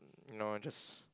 you know I just